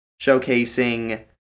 showcasing